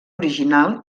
original